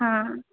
हँ